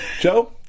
Joe